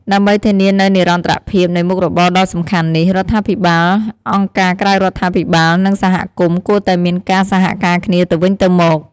ដើម្បីធានានូវនិរន្តរភាពនៃមុខរបរដ៏សំខាន់នេះ រដ្ឋាភិបាល អង្គការក្រៅរដ្ឋាភិបាល និងសហគមន៍គួរតែមានការសហការគ្នាទៅវិញទៅមក។